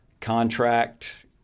contract